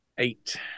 Eight